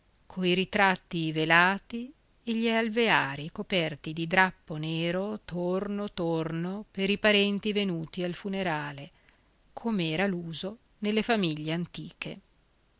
coi ritratti velati e gli alveari coperti di drappo nero torno torno per i parenti venuti al funerale com'era l'uso nelle famiglie antiche